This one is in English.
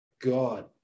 God